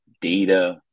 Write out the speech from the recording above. data